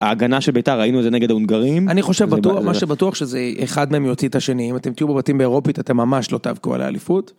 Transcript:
ההגנה של בית"ר, ראינו זה נגד ההונגרים, אני חושב בטוח מה שבטוח שזה אחד מהם יוציא את השני אם אתם תהיו בבתים באירופית אתם ממש לא תאבקו על האליפות